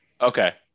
Okay